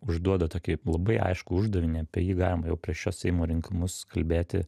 užduoda tokį labai aiškų uždavinį apie jį galima jau prieš šiuos seimo rinkimus kalbėti